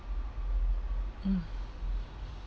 mm